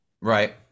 Right